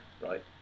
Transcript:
right